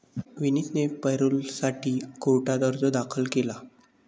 विनीतने पॅरोलसाठी कोर्टात अर्ज दाखल केला